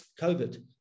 COVID